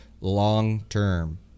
long-term